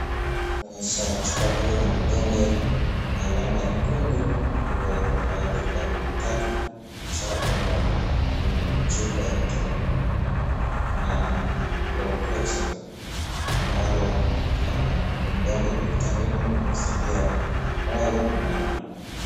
Nishaona pale na vidonge, alama nyekundu iliyowekwa pale, karibu vitatu, ishara kwamba ni chupa ya vitamini na klorifikson ambalo ni vidonge vya vitamini vinasaidia moyo na..